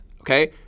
okay